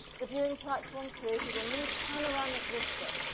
the viewing platform created a new panoramic vista,